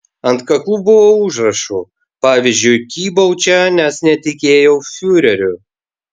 ant kaklų buvo užrašų pavyzdžiui kybau čia nes netikėjau fiureriu